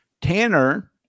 Tanner